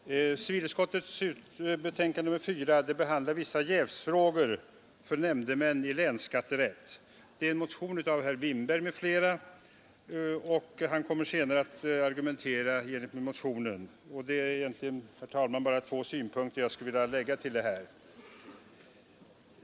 Herr talman! Civilutskottets betänkande nr 4, som behandlar vissa jävsfrågor beträffande nämndemän i länsskatterätt, är föranlett av en motion av herr Winberg m.fl. Han kommer senare att argumentera för motionen. Det är egentligen bara två synpunkter jag skulle vilja framföra.